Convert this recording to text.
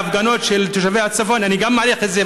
ההפגנות של תושבי הצפון אני מעריך את זה,